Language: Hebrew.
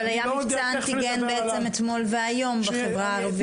אבל היה מבצע אנטיגן אתמול והיום בחברה הערבית.